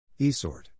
Esort